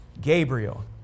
Gabriel